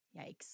Yikes